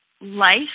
Life